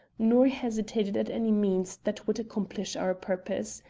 nor hesitated at any means that would accomplish our purpose.